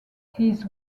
his